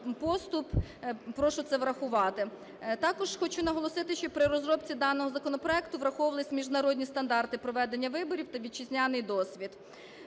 Також хочу наголосити, що при розробці даного законопроекту враховувались міжнародні стандарти проведення виборів та вітчизняний досвід.